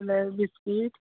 नाल्यार बिस्कीट